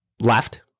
left